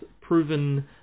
proven